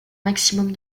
maximum